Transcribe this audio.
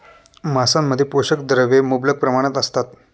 मांसामध्ये पोषक द्रव्ये मुबलक प्रमाणात असतात